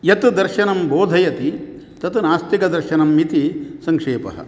यत् दर्शनं बोधयति तत् नास्तिकदर्शनम् इति संक्षेपः